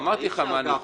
אי אפשר ככה.